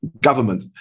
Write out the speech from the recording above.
government